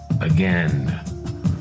again